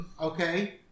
Okay